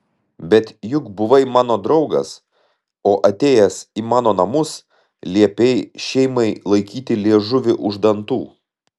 bet juk buvai mano draugas o atėjęs į mano namus liepei šeimai laikyti liežuvį už dantų